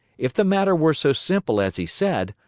if the matter were so simple as he said,